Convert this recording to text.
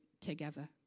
together